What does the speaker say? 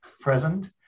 present